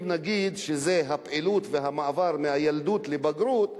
אם נגיד שזה הפעילות והמעבר מהילדות לבגרות,